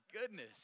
goodness